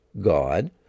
God